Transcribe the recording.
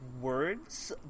words